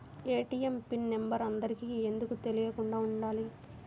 ATM PIN number అందరికి ఎందుకు తెలియకుండా ఉండాలి?